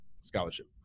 scholarship